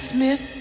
Smith